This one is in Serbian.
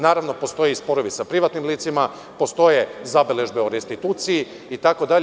Naravno, postoje sporovi i sa privatnim licima, postoje zabeležbe o restituciji, itd.